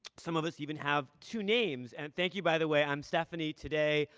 some of us even have two names. and thank you, by the way. i'm stephanie today.